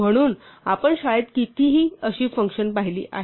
म्हणून आपण शाळेत अशी कितीही फ़ंक्शन पाहिली आहेत